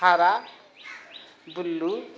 हरा बुल्लू